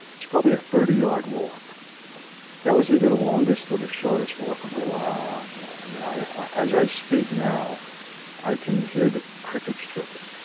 it's probably a thirty yard walk that was either the longest or the shortest welcome wow yeah i mean i as i speak now i can hear the crickets chirping?